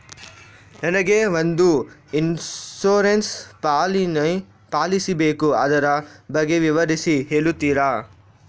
ನನಗೆ ಒಂದು insurance policy ಬೇಕು ಅದರ ಬಗ್ಗೆ ವಿವರಿಸಿ ಹೇಳುತ್ತೀರಾ?